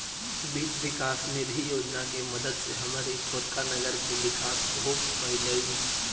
वित्त विकास निधि योजना के मदद से हमर ई छोटका नगर के विकास हो पयलई